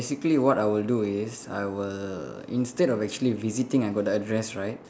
basically what I'll do is I will instead of actually visiting I got the address right